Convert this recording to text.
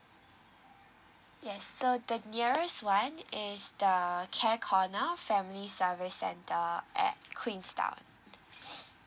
yes so the nearest one is the care corner family service center at queenstown